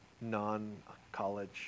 non-college